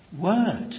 word